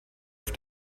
auf